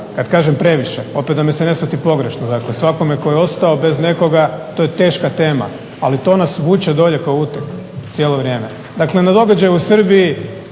Kad kažem previše, opet da me se ne shvati pogrešno, dakle svakome tko je ostao bez nekoga to je teška tema, ali to nas vuče dolje kao uteg cijelo vrijeme. Dakle na događaje u Srbiji